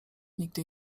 nigdy